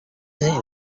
zini